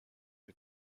the